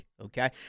Okay